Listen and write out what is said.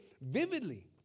vividly